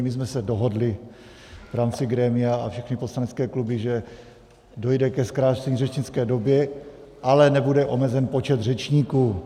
My jsme se dohodli v rámci grémia a všechny poslanecké kluby, že dojde ke zkrácení řečnické doby, ale nebude omezen počet řečníků.